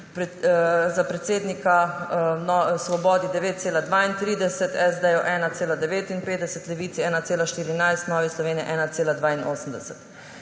za predsednika, Svobodi 9,32, SD 1,59, Levici 1,14, Novi Sloveniji 1,82.